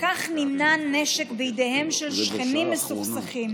וכך נמנע נשק בידיהם של שכנים מסוכסכים.